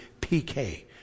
PK